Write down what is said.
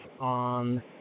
on